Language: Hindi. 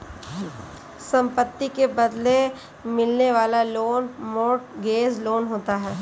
संपत्ति के बदले मिलने वाला लोन मोर्टगेज लोन होता है